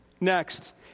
Next